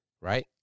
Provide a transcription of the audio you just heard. right